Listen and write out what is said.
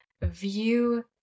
view